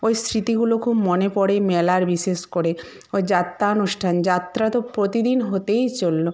ওই স্মৃতিগুলো খুব মনে পড়ে মেলার বিশেষ করে ওই যাত্রানুষ্ঠান যাত্রা তো প্রতিদিন হতেই চলল